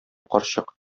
карчык